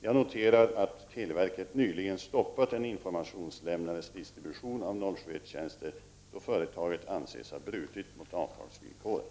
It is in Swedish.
Jag noterar att televerket nyligen stoppat en informationslämnares distribution av 071-tjänster då företaget anses ha brutit mot avtalsvillkoren.